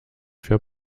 für